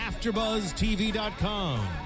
AfterBuzzTV.com